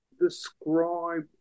Describe